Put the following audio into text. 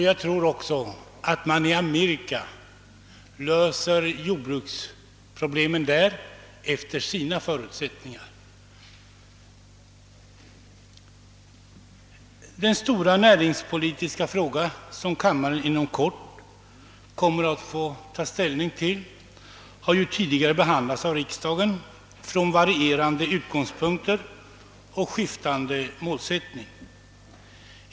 Jag tror även att man i Amerika löser jordbruksproblemen efter sina förutsättningar. Den stora näringspolitiska fråga som kammaren snart kommer att få ta ställning till har tidigare behandlats av riksdagen från varierande utgångspunkter och med skiftande målsättningar.